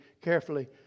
carefully